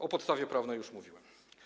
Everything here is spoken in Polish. O podstawie prawnej już mówiłem.